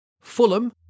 Fulham